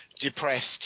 depressed